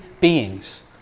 beings